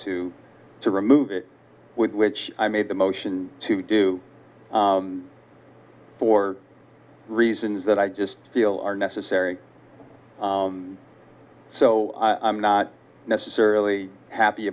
to to remove it with which i made the motion to do for reasons that i just feel are necessary so i'm not necessarily happy